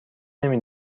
نمی